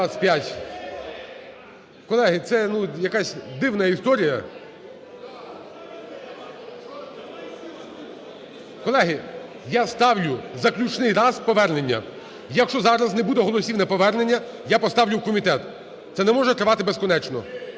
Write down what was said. Колеги, це якась дивна історія. Колеги, я ставлю, заключний раз, повернення. Якщо зараз не буде голосів на повернення, я поставлю в комітет. Це не може тривати безкінечно.